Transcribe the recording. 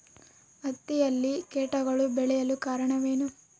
ಹತ್ತಿಯಲ್ಲಿ ಕೇಟಗಳು ಬೇಳಲು ಕಾರಣವೇನು?